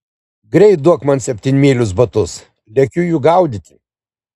greit duok man septynmylius batus lekiu jų gaudyti